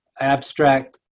abstract